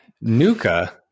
Nuka